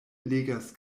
legas